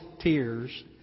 tears